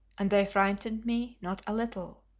and they frightened me not a little.